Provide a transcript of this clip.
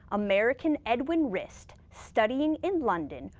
american edwin rist, studying in london,